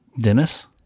Dennis